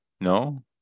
No